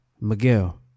Miguel